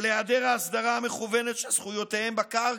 של היעדר ההסדרה המכוונת של זכויותיהם בקרקע?